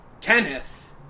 Kenneth